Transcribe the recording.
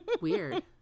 Weird